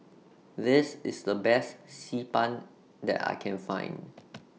This IS The Best Xi Ban that I Can Find